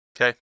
Okay